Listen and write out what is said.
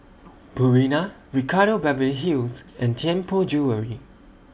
Purina Ricardo Beverly Hills and Tianpo Jewellery